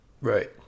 Right